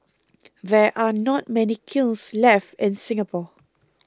there are not many kilns left in Singapore